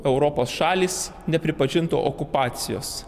europos šalys nepripažintų okupacijos